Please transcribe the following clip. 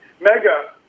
Mega